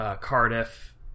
Cardiff